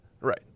Right